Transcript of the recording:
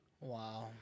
Wow